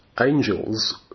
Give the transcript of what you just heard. angels